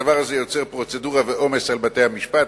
הדבר הזה יוצר פרוצדורה ועומס על בתי-המשפט,